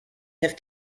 have